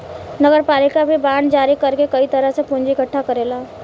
नगरपालिका भी बांड जारी कर के कई तरह से पूंजी इकट्ठा करेला